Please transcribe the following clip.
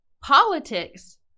politics